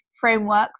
frameworks